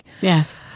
Yes